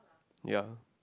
ya